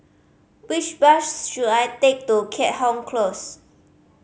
which bus should I take to Keat Hong Close